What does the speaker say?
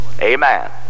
Amen